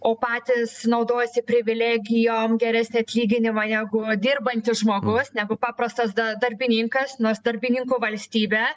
o patys naudojasi privilegijom geresnį atlyginimą negu dirbantis žmogus negu paprastas da darbininkas nors darbininkų valstybė